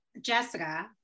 Jessica